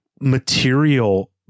material